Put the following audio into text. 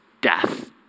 death